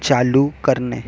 चालू करणे